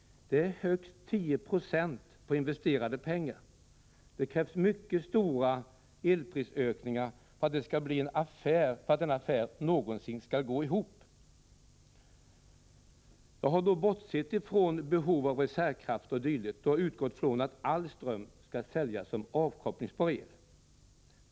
Det är högst 10 96 på investerade pengar. Det krävs mycket stora elprisökningar för att denna affär någonsin skall gå ihop. Jag har bortsett från behov av reserveffekt o. d., då jag utgått från att all ström skall säljas som avkopplingsbar el.